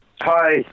Hi